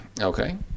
Okay